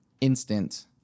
instant